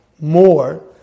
more